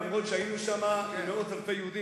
אף שהיינו שם מאות אלפי יהודים.